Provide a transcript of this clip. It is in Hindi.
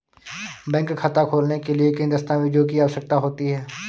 बैंक खाता खोलने के लिए किन दस्तावेजों की आवश्यकता होती है?